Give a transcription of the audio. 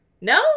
no